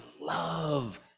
love